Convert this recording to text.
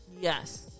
Yes